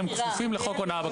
יש